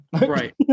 right